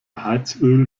heizöl